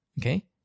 okay